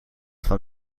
van